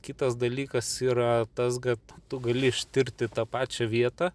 kitas dalykas yra tas kad tu gali ištirti tą pačią vietą